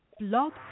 Blog